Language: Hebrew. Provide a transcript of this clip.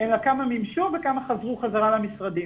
אלא כמה מימשו וכמה חזרו חזרה למשרדים.